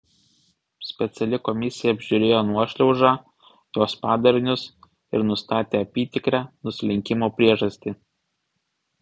speciali komisija apžiūrėjo nuošliaužą jos padarinius ir nustatė apytikrę nuslinkimo priežastį